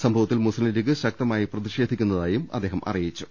സംഭവത്തിൽ മുസ്ലിംലീഗ് ശക്ത മായി പ്രതിഷേധിക്കുന്നതായി അദ്ദേഹം അറിയിച്ചു